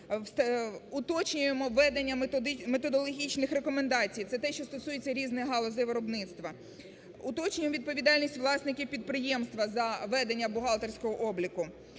Уточнюємо ведення методологічних рекомендацій, це те, що стосується різних галузей виробництва. Уточнюємо відповідальність власників підприємства за ведення бухгалтерського обліку.